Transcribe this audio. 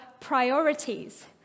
priorities